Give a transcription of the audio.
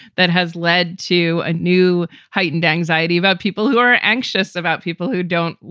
that has led to a new heightened anxiety about people who are anxious about people who don't,